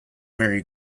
very